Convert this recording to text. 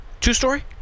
Two-story